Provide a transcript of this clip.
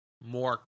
more